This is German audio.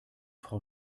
frau